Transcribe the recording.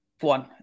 one